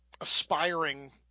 aspiring